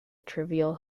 trivial